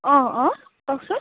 অঁ অঁ কওকচোন